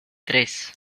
tres